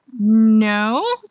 no